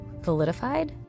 validified